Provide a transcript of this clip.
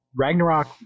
Ragnarok